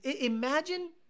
imagine